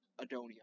Adonia